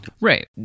Right